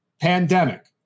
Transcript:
pandemic